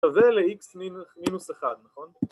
‫שווה ל-X-1, נכון?